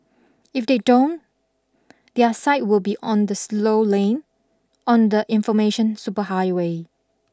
if they don't their site will be on the slow lane on the information superhighway